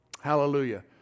Hallelujah